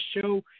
show